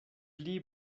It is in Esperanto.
pli